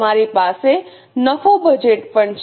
તમારી પાસે નફો બજેટ પણ છે